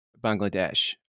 Bangladesh